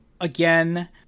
again